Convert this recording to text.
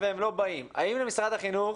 האם למשרד החינוך,